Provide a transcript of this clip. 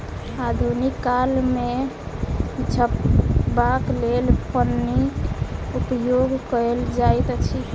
आधुनिक काल मे झपबाक लेल पन्नीक उपयोग कयल जाइत अछि